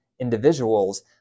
individuals